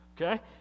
okay